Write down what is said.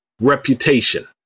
reputation